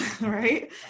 right